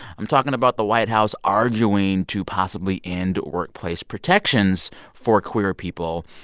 i'm talking about the white house arguing to possibly end workplace protections for queer people.